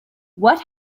what